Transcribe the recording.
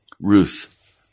Ruth